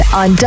on